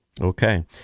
Okay